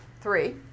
three